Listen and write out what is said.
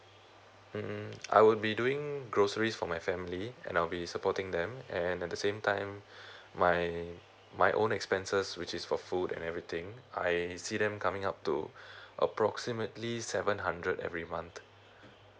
mmhmm I would be doing groceries for my family and I'll be supporting them and at the same time my my own expenses which is for food and everything I I see them coming up to approximately seven hundred every month